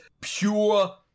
pure